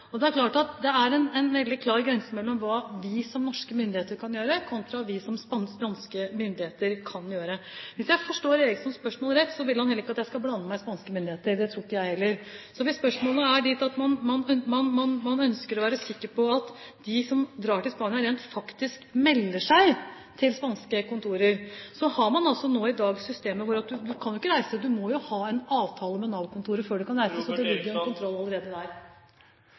en veldig klar grense mellom hva vi som norske myndigheter kan gjøre, kontra det som spanske myndigheter kan gjøre. Og hvis jeg forstår Erikssons spørsmål rett, så vil han ikke at jeg skal blande meg inn i hva spanske myndigheter gjør – det tror ikke jeg heller. Hvis spørsmålet er om man kan være sikker på at de som drar til Spania, rent faktisk melder seg til spanske kontorer, vil jeg svare at man altså nå i dag har systemer for det. Du kan ikke bare reise, du må ha en avtale med Nav-kontoret før du kan reise, så det er jo en kontroll allerede der.